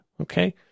okay